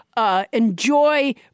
enjoy